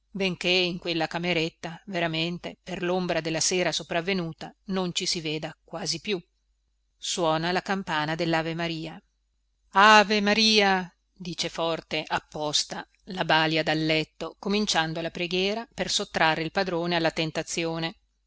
benché in quella cameretta veramente per lombra della sera sopravvenuta non ci si veda quasi più suona la campana dellavemaria ave maria dice forte apposta la balia dal letto cominciando la preghiera per sottrarre il padrone alla tentazione